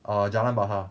err jalan bahar